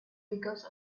because